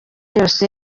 yose